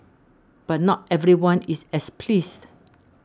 but not everyone is as pleased